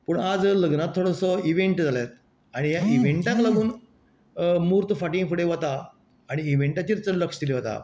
पूण आयज लग्नांचो थोडोसो इवेंन्ट जाला आनी ह्या इवेन्टाक लागून म्हुर्त फाटी फुडें वता आनी इवेन्टाचेर चड लक्ष दिल्ले वता